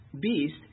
beast